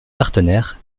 partenaires